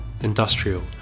industrial